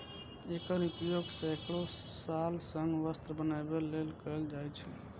एकर उपयोग सैकड़ो साल सं वस्त्र बनबै लेल कैल जाए छै